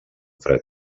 fred